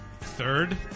third